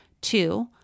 Two